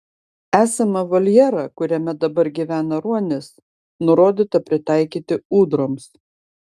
esamą voljerą kuriame dabar gyvena ruonis nurodyta pritaikyti ūdroms